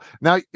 now